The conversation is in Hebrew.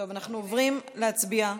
אנחנו עוברים להצביע.